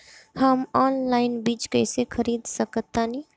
हम ऑनलाइन बीज कईसे खरीद सकतानी?